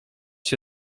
się